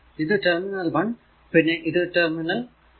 ഇത് ടെർമിനൽ 1 പിന്നെ ഇത് ടെർമിനൽ 2